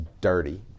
dirty